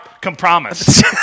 compromise